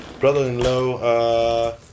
brother-in-law